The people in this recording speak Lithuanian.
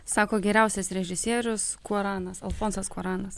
sako geriausias režisierius kuaranas alfonsas kuaranas